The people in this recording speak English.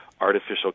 artificial